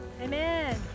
Amen